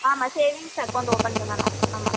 ஆமாம் savings account open பண்ணணும் ஆமாம்